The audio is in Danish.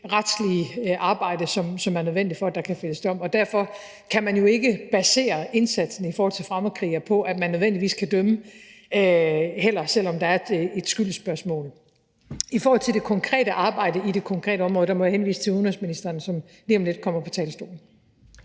retslige arbejde, som er nødvendigt, for at der kan fældes dom? Derfor kan man jo ikke basere indsatsen i forhold til fremmedkrigere på, at man nødvendigvis kan dømme, heller ikke selv om der er et skyldsspørgsmål. I forhold til det konkrete arbejde i det konkrete område må jeg henvise til udenrigsministeren, som lige om lidt kommer på talerstolen.